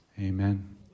Amen